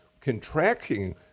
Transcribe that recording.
contracting